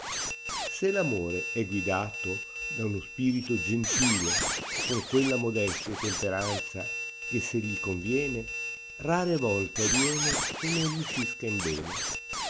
amore è guidato da uno spirito gentile con quella modestia e temperanza che se gli conviene rare volte aviene che non riuscisca in bene